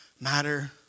matter